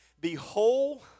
behold